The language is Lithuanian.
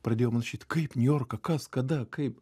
pradėjo man rašyt kaip niujorką kas kada kaip